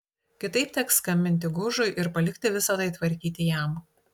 kitaip teks skambinti gužui ir palikti visa tai tvarkyti jam